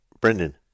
Brendan